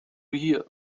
hier